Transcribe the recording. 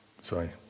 Sorry